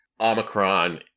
Omicron